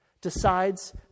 decides